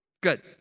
Good